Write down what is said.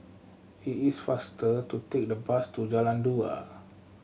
it is faster to take the bus to Jalan Dua